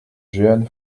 jehan